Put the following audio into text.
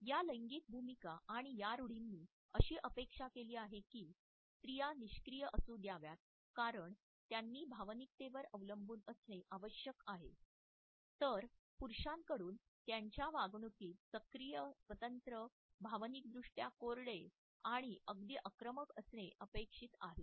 या लैंगिक भूमिका आणि या रूढींनी अशी अपेक्षा केली आहे की स्त्रिया निष्क्रिय असू द्याव्यात कारण त्यांनी भावनिकतेवर अवलंबून असणे आवश्यक आहे तर पुरुषांकडून त्यांच्या वागणुकीत सक्रिय स्वतंत्र भावनिकदृष्ट्या कोरडे आणि अगदी आक्रमक असणे अपेक्षित आहे